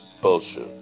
bullshit